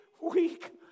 weak